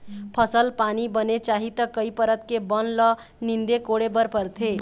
फसल पानी बने चाही त कई परत के बन ल नींदे कोड़े बर परथे